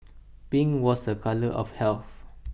pink was A colour of health